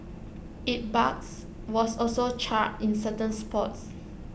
its barks was also charred in certain spots